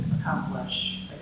accomplish